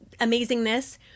amazingness